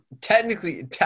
Technically –